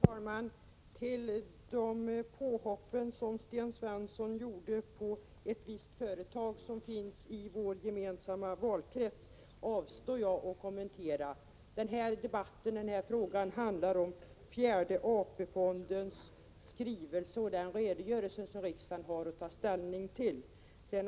Herr talman! Jag avstår från att kommentera de påhopp Sten Svensson gjorde på ett visst företag som finns i vår gemensamma valkrets. Det här ärendet handlar om den redogörelse från fjärde AP-fonden som riksdagen har att ta ställning till.